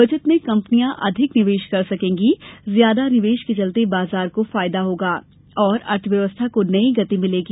बचत से कंपनियां अधिक निवेश कर सकेंगी ज्यादा निवेश के चलते बाजार को फायदा होगा और अर्थव्यवस्था को नई गति मिलेगी